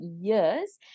years